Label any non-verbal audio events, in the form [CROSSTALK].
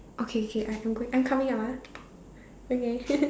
okay okay I'm I'm coming out ah okay [LAUGHS]